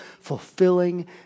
fulfilling